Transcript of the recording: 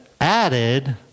added